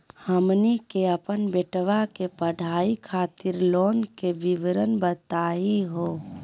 हमनी के अपन बेटवा के पढाई खातीर लोन के विवरण बताही हो?